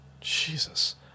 Jesus